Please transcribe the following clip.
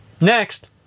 Next